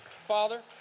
Father